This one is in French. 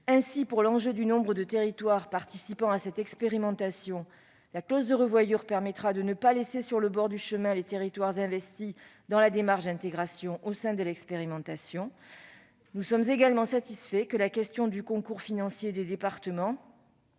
Ainsi, pour ce qui est du nombre de territoires participant à cette expérimentation, la clause de revoyure permettra de ne pas laisser au bord du chemin les territoires investis dans la démarche d'intégration au sein de l'expérimentation. Nous sommes également satisfaits que la question du concours financier des départements-